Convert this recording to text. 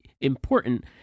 important